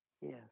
Yes